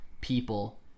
people